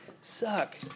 suck